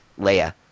Leia